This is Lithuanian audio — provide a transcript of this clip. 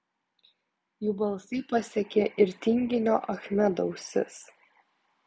jų balsai pasiekė ir tinginio achmedo ausis